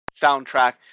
soundtrack